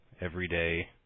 everyday